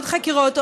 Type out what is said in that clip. עוד חקירות,